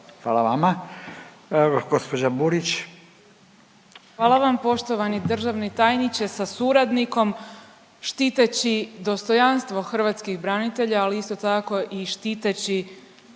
**Burić, Majda (HDZ)** Hvala vam. Poštovani državni tajniče sa suradnikom, štiteći dostojanstvo hrvatskih branitelja, ali isto tako i štiteći